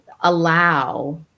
allow